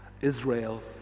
Israel